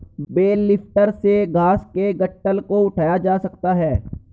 bell lifter से घास के गट्ठल को उठाया जा सकता है